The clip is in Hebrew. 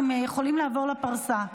אתם יכולים לעבור לפרסה.